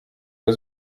der